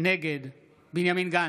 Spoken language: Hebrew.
נגד בנימין גנץ,